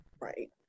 Right